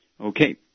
Okay